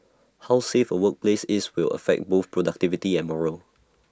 how safe A workplace is will affect both productivity and morale